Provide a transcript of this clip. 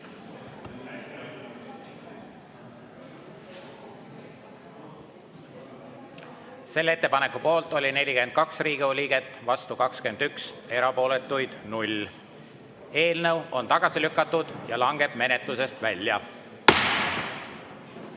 Selle ettepaneku poolt oli 42 Riigikogu liiget, vastu 21, erapooletuid 0. Eelnõu on tagasi lükatud ja langeb menetlusest välja.